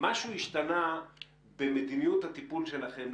משהו השתנה במדיניות הטיפול שלכם?